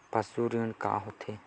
पशु ऋण का होथे?